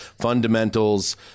fundamentals